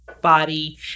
body